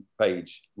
page